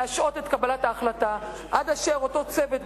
להשהות את קבלת ההחלטה עד אשר אותו צוות,